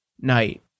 night